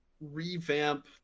revamp